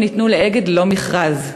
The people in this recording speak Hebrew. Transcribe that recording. ל"אגד" ללא מכרז,